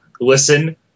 Listen